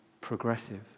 progressive